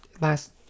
last